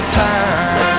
time